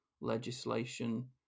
legislation